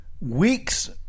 Weeks